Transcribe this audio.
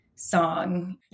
song